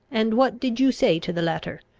and what did you say to the letter?